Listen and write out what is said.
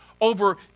over